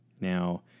Now